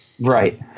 Right